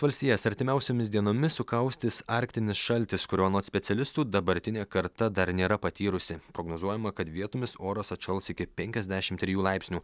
valstijas artimiausiomis dienomis sukaustys arktinis šaltis kurio anot specialistų dabartinė karta dar nėra patyrusi prognozuojama kad vietomis oras atšals iki penkiasdešim trijų laipsnių